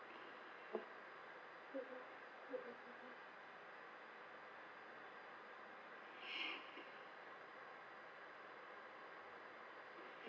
mmhmm mmhmm